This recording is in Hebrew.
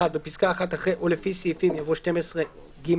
(1)בפסקה (1), אחרי "או לפי סעיפים" יבוא "12ג,